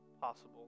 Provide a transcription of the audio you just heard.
possible